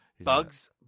Bugs